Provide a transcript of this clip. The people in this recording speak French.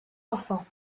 enfant